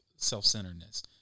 self-centeredness